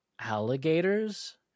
alligators